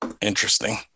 Interesting